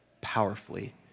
powerfully